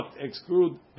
exclude